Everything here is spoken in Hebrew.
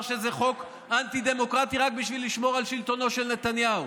שזה חוק אנטי-דמוקרטי רק בשביל לשמור שלטונו על נתניהו.